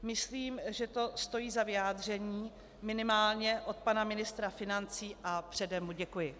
Myslím, že to stojí za vyjádření minimálně od pana ministra financí, a předem mu děkuji.